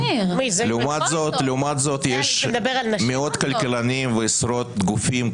לעומת זאת יש מאות כלכלנים ועשרות גופים,